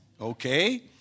Okay